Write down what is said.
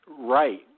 Right